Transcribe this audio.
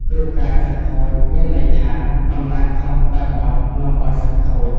គ្រូកាច សិស្សខូច មានន័យថា កំណាចខុសបែបបទនាំឲ្យសិស្សខូច ។